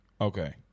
Okay